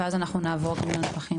ואז אנחנו נעבור גם לנוספים.